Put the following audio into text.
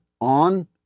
on